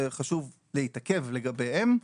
וחשוב להתעכב לגביהם,